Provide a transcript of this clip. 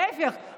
להפך,